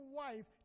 wife